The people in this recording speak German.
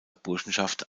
burschenschaft